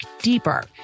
deeper